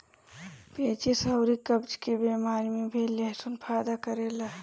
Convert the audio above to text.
पेचिस अउरी कब्ज के बेमारी में भी लहसुन फायदा करेला